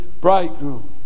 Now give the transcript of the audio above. bridegroom